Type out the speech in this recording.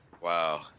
Wow